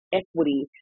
equity